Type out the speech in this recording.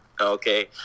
Okay